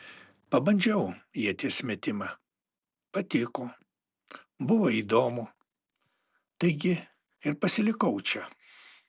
pabandžiau ieties metimą patiko buvo įdomu taigi ir pasilikau čia